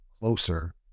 closer